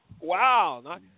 Wow